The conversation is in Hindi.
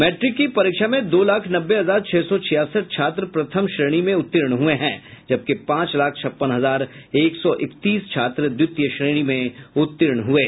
मैट्रिक की परीक्षा में दो लाख नब्बे हजार छह सौ छियासठ छात्र प्रथम श्रेणी में उत्तीर्ण हये जबकि पांच लाख छप्पन हजार एक सौ इकतीस छात्र द्वितीय श्रेणी में उत्तीर्ण हुये